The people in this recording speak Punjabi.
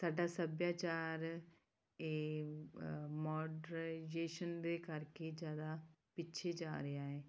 ਸਾਡਾ ਸੱਭਿਆਚਾਰ ਇਹ ਮਾਡਰਾਈਜੇਸ਼ਨ ਦੇ ਕਰਕੇ ਜ਼ਿਆਦਾ ਪਿੱਛੇ ਜਾ ਰਿਹਾ ਹੈ